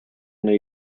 nei